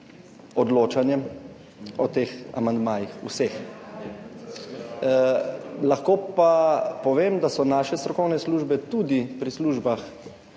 odločanjem o teh amandmajih, vseh. Lahko pa povem, da so naše strokovne službe tudi pri službah